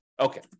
okay